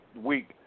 week